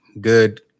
good